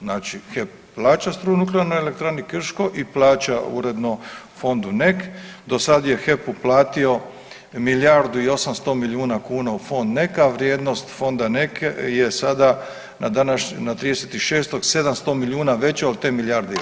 Znači HEP plaća struju Nuklearnoj elektrani Krško i plaća uredno Fondu NEK, do sada je HEP uplatio milijardu i 800 milijuna kuna u Fond NEK-a, vrijednost Fonda NEK-a na današnji na 30.6. 700 milijuna veća od te milijarde i 800.